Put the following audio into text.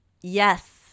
Yes